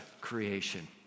creation